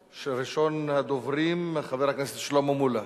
ראשון הדוברים הוא חבר הכנסת שלמה מולה.